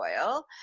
oil